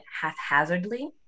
haphazardly